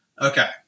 Okay